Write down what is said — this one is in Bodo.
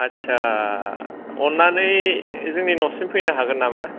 आच्चा अननानै जोंनि न'सिम फैनो हागोन नामा